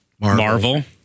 Marvel